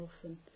often